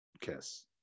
Kiss